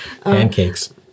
Pancakes